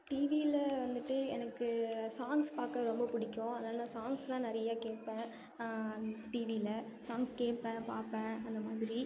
டிவியில் வந்துட்டு எனக்கு சாங்ஸ் பார்க்க ரொம்ப பிடிக்கும் அதனால் நான் சாங்ஸ்லாம் நிறைய கேட்பேன் டிவியில் சாங்ஸ் கேட்பேன் பார்ப்பேன் அந்த மாதிரி